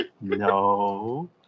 no